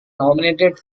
nominated